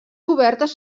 cobertes